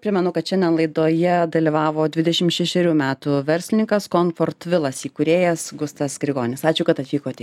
primenu kad šiandien laidoje dalyvavo dvidešim šešerių metų verslininkas konfortvilas įkūrėjas gustas grigonis ačiū kad atvykote